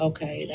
Okay